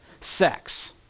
sex